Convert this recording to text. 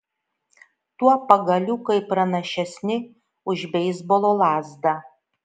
tuo pagaliukai pranašesni už beisbolo lazdą